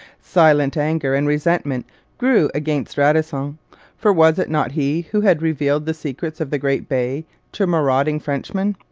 silent anger and resentment grew against radisson for was it not he who had revealed the secrets of the great bay to marauding frenchmen?